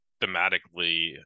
thematically